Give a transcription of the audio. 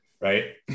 right